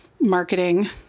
marketing